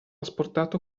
asportato